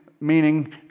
meaning